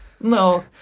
No